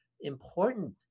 important